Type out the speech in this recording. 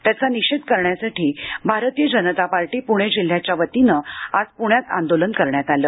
त्याचा निषेध करण्यासाठी भारतीय जनता पार्टी पुणे जिल्ह्याच्या वतीनं आज पुण्यात आंदोलन करण्यात आलं